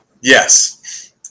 yes